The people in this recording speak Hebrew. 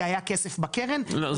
כי היה כסף בקרן --- לא,